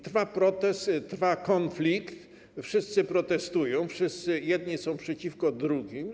Trwa protest, trwa konflikt, wszyscy protestują, jedni są przeciwko drugim.